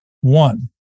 One